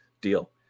deal